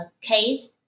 case